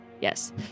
Yes